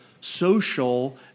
social